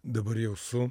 dabar jau su